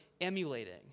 emulating